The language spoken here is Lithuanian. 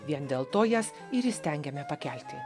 vien dėl to jas ir įstengiame pakelti